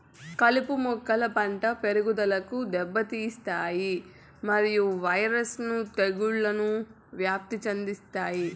కలుపు మొక్కలు పంట పెరుగుదలను దెబ్బతీస్తాయి మరియు వైరస్ ను తెగుళ్లను వ్యాప్తి చెందిస్తాయి